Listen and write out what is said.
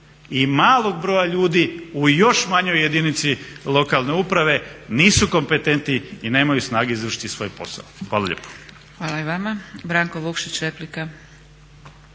i malog broja ljudi u još manjoj jedinici lokalne uprave nisu kompetenti i nemaju snage izvršiti svoj posao. Hvala lijepo. **Zgrebec, Dragica